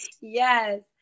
Yes